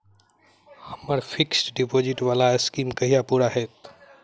हम्मर fixed deposit वला scheme कहिया पूरा हैत?